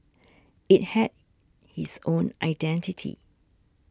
it had its own identity